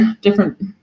different